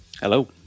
Hello